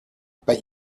but